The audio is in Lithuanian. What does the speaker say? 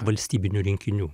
valstybinių rinkinių